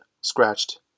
scratched